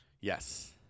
Yes